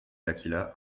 laqhila